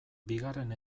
bigarren